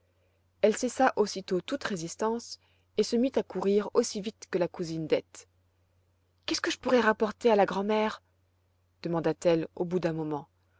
elle cessa aussitôt toute résistance et se mit à courir aussi vite que la cousine dete qu'est-ce que je pourrai rapporter à la grand'mère demanda-t-elle au bout d'un moment